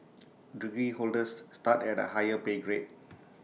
degree holders start at A higher pay grade